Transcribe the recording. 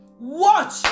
watch